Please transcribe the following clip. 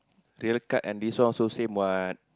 the other card and this one also same what